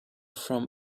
from